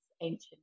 ancient